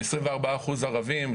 24% ערבים,